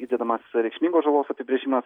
įdedamas reikšmingos žalos apibrėžimas